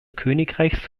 königreichs